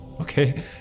Okay